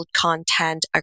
content